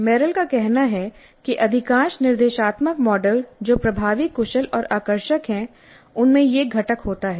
Merrill का कहना है कि अधिकांश निर्देशात्मक मॉडल जो प्रभावी कुशल और आकर्षक हैं उनमें यह घटक होता है